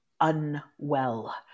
unwell